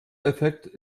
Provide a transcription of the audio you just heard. effekt